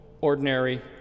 ordinary